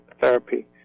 therapy